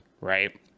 right